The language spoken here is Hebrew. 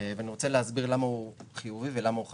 ואני רוצה להסביר למה הוא חיובי ולמה הוא חשוב.